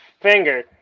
finger